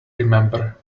remember